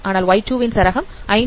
ஆனால் Y2 ன் சரகம் 5